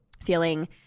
feeling